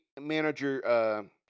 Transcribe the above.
manager